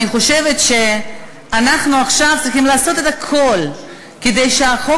אני חושבת שאנחנו צריכים עכשיו לעשות הכול כדי שהחוק